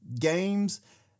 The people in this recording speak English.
games